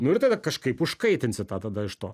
nu ir tada kažkaip užkaitinsi tą tada iš to